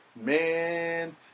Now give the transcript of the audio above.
Man